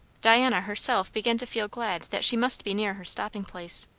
diana herself began to feel glad that she must be near her stopping-place.